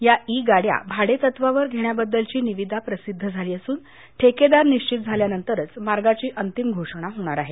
या इ गाड्या भाडेतत्वावर घेण्याबद्दलची निविदा प्रसिद्ध झाली असून ठेकेदार निश्चित झाल्यानंतरच मार्गाची अंतिम घोषणा होणार आहे